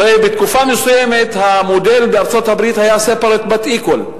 הרי בתקופה מסוימת המודל בארצות-הברית היה separate but equal,